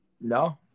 No